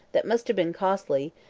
that must have been costly,